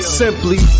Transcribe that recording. simply